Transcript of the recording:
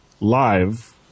live